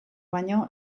baino